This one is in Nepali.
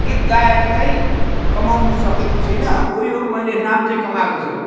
गीत गाएर चाहिँ कमाउनु सकेको छुइनँ उही हो मैले नाम चाहिँ कमाएको छु